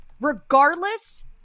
regardless